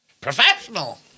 Professional